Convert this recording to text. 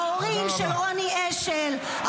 ההורים של רוני אשל,